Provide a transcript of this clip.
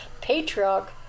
Patriarch